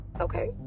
Okay